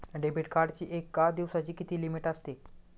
Debit कार्डची एका दिवसाची किती लिमिट असते?